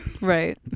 Right